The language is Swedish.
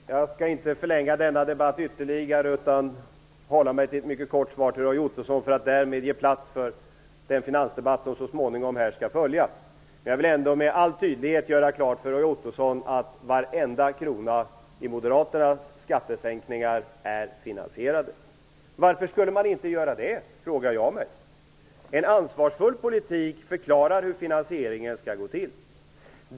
Fru talman! Jag skall inte förlänga denna debatt ytterligare utan ge ett mycket kort svar till Roy Ottosson för att därmed ge plats åt den finansdebatt som skall följa. Jag vill med all tydlighet göra klart för Roy Ottosson att varenda krona i moderaternas skattesänkningar är finansierad. Varför skulle de inte vara det? frågar jag mig. I en ansvarsfull politik förklaras hur finansieringen skall gå till.